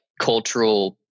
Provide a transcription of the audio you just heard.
cultural